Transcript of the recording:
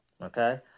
Okay